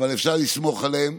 אבל אפשר לסמוך עליהם,